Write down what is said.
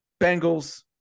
Bengals